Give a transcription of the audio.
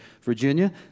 Virginia